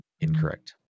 Incorrect